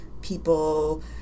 people